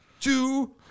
two